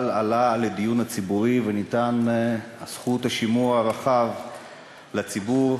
עלה לדיון ציבורי וניתנה זכות השימוע הרחב לציבור,